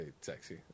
sexy